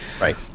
Right